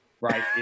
Right